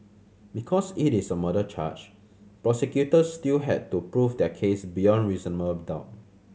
because it is a murder charge prosecutors still had to prove their case beyond reasonable doubt